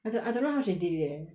I don~ I don't know why she did it eh